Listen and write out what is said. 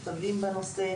ושלחנו מכתבים בנושא,